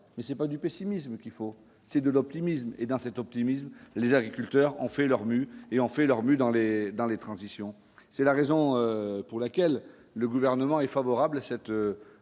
mais c'est pas du pessimisme qu'il faut, c'est de l'optimisme et dans cet optimisme, les agriculteurs ont fait leur mue et en fait, leur but dans les dans les transitions, c'est la raison pour laquelle le gouvernement est favorable à cette